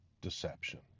deception